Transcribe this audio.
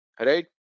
right